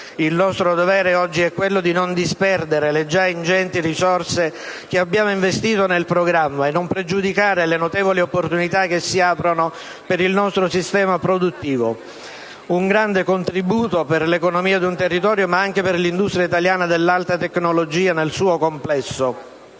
Il nostro dovere oggi è quello di non disperdere le già ingenti risorse che abbiamo investito nel programma e non pregiudicare le notevoli opportunità che si aprono per il nostro sistema produttivo. È un grande contributo per l'economia di un territorio, ma anche per l'industria italiana dell'alta tecnologia nel suo complesso.